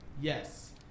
Yes